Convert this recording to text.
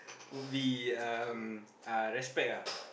would be um uh respect ah